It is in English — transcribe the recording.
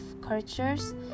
cultures